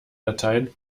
latein